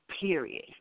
period